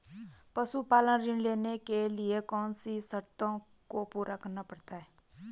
पशुपालन ऋण लेने के लिए कौन सी शर्तों को पूरा करना पड़ता है?